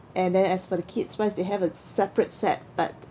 and then as for the kid's ones they have a separate set but